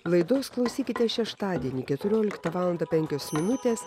laidos klausykitės šeštadienį keturioliktą valandą penkios minutės